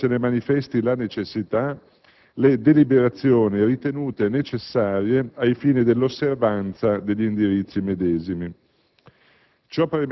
qualora se ne manifesti la necessità, le deliberazioni ritenute necessarie ai fini dell'osservanza degli indirizzi medesimi.